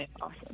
Awesome